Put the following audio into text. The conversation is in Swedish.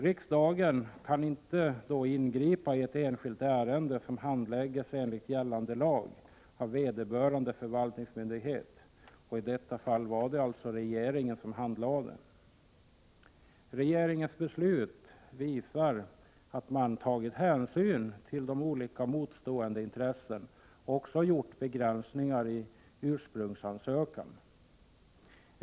Riksdagen kan inte ingripa i ett enskilt ärende som handläggs enligt gällande lag av vederbörande förvaltningsmyndighet. I detta fall var det regeringen som handlade ärendet. Regeringens beslut visar att man tagit hänsyn till de olika motstående intressena och också gjort begränsningar i ursprungsansökan.